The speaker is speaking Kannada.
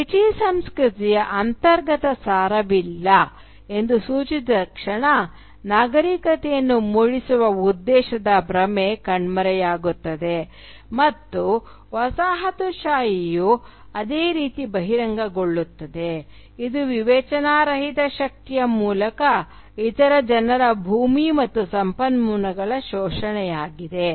ಬ್ರಿಟಿಷ್ ಸಂಸ್ಕೃತಿಯ ಅಂತರ್ಗತ ಸಾರವಿಲ್ಲ ಎಂದು ಸೂಚಿಸಿದ ಕ್ಷಣ ನಾಗರಿಕತೆಯನ್ನು ಮೂಡಿಸುವ ಉದ್ದೇಶದ ಭ್ರಮೆ ಕಣ್ಮರೆಯಾಗುತ್ತದೆ ಮತ್ತು ವಸಾಹತುಶಾಹಿಯು ಅದೇ ರೀತಿ ಬಹಿರಂಗಗೊಳ್ಳುತ್ತದೆ ಇದು ವಿವೇಚನಾರಹಿತ ಶಕ್ತಿಯ ಮೂಲಕ ಇತರ ಜನರ ಭೂಮಿ ಮತ್ತು ಸಂಪನ್ಮೂಲಗಳ ಶೋಷಣೆಯಾಗಿದೆ